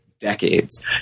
decades